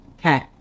Okay